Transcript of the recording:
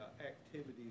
activities